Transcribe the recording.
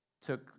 took